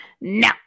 No